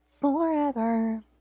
forever